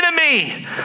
enemy